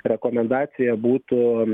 rekomendacija būtų